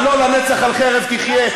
על לא לנצח על חרב תחיה,